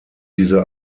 diese